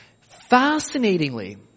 Fascinatingly